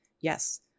yes